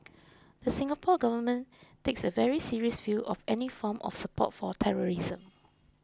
the Singapore Government takes a very serious view of any form of support for terrorism